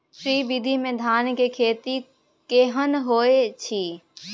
श्री विधी में धान के खेती केहन होयत अछि?